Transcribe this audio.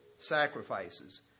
sacrifices